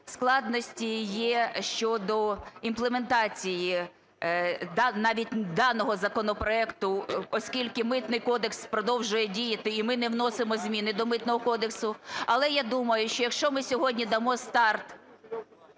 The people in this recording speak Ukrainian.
складності є щодо імплементації навіть даного законопроекту, оскільки Митний кодекс продовжує діяти і ми не вносимо змін до Митного кодексу. Але я думаю, що якщо ми сьогодні дамо старт